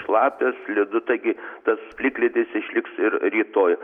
šlapia slidu taigi tas plikledis išliks ir rytoj